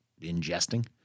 ingesting